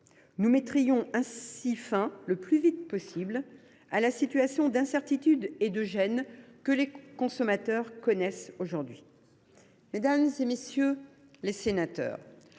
Nous mettrions ainsi fin, le plus vite possible, à la situation d’incertitude et de gêne que les consommateurs connaissent aujourd’hui. Mesdames, messieurs les sénateurs,